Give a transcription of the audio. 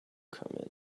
come